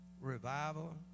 revival